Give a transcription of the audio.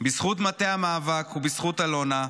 בזכות מטה המאבק ובזכות אלונה,